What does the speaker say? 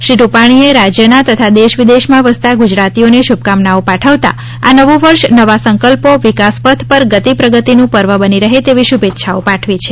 શ્રી રૂપાણીએ રાજ્યના તથા દેશ વિદેશમાં વસતા ગુજરાતીઓને શુભકામનાઓ પાઠવતા આ નવું વર્ષ નવા સંકલ્પો વિકાસપથ પર ગતિ પ્રગતિનું પર્વ બની રહે તેવી શુભેચ્છાઓ પાઠવી છે